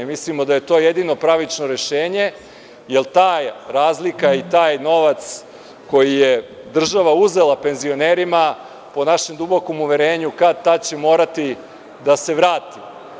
Mislimo da je to jedino pravično rešenje, jer ta razlika i taj novac koji je država uzela penzionerima, po našem dubokom uverenju, kad tad će morati da se vrati.